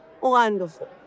wonderful